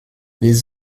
les